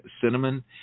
cinnamon